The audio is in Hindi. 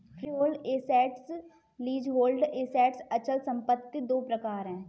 फ्रीहोल्ड एसेट्स, लीजहोल्ड एसेट्स अचल संपत्ति दो प्रकार है